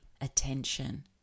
attention